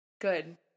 Good